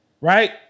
right